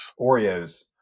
Oreos